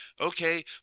okay